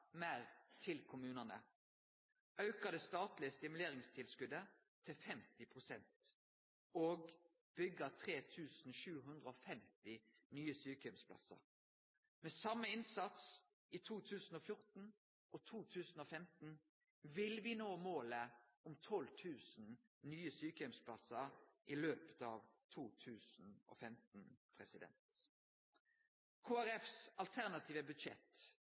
meir til kommunane, me vil auke det statlege stimuleringstilskotet til 50 pst., og me vil byggje 3 750 nye sjukeheimsplassar. Med same innsats i 2014 og 2015 vil vi nå målet om 12 000 nye sjukeheimsplassar i løpet av 2015. Kristeleg Folkeparti sitt alternative budsjett